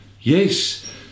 yes